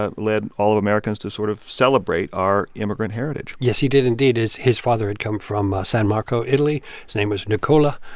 ah led all of americans to sort of celebrate our immigrant heritage yes, he did indeed. his father had come from san marco, italy. his name was nicola,